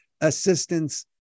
assistance